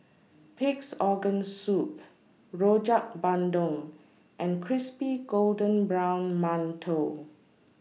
Pig'S Organ Soup Rojak Bandung and Crispy Golden Brown mantou